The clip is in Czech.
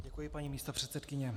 Děkuji, paní místopředsedkyně.